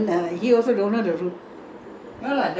you keep him awake talking talking talking to him